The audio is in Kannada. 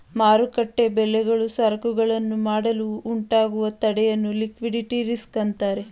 ಮಾರುಕಟ್ಟೆ ಬೆಲೆಗಳು ಸರಕುಗಳನ್ನು ಮಾಡಲು ಉಂಟಾಗುವ ತಡೆಯನ್ನು ಲಿಕ್ವಿಡಿಟಿ ರಿಸ್ಕ್ ಅಂತರೆ